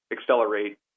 accelerate